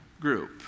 group